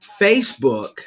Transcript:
Facebook